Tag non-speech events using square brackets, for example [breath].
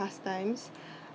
pastimes [breath]